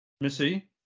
Missy